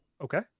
Okay